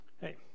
Hey